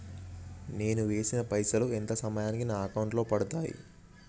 నేను వేసిన పైసలు ఎంత సమయానికి నా అకౌంట్ లో పడతాయి?